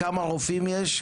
כמה רופאים יש,